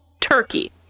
Turkey